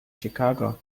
chicago